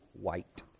white